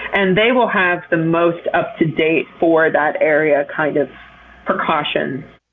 and they will have the most up to date for that area kind of precautions.